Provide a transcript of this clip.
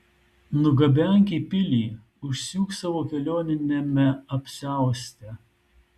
nugabenk į pilį užsiūk savo kelioniniame apsiauste